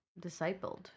discipled